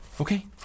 Okay